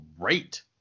great